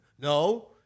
No